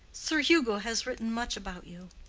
sir hugo has written much about you.